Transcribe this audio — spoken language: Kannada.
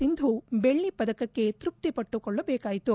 ಸಿಂಧು ಬೆಳ್ಳಿ ಪದಕಕ್ಕೆ ತೃಪ್ತಿ ಪಟ್ಗುಕೊಳ್ಳಬೇಕಾಯಿತು